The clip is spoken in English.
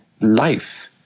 life